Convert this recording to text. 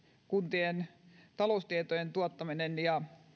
kuntien taloustietojen tuottaminen ja